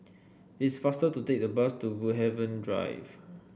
it's faster to take the bus to Woodhaven Drive